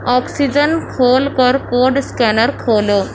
oxygen کھول کر code scanner کھولو